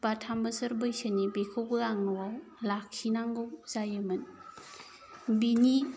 बा थाम बोसोर बैसोनि बेखौबो आं न'आव लाखिनांगौ जायोमोन बिनि